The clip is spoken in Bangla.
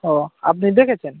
ও আপনি দেখেছেন